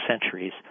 centuries